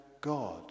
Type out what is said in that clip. God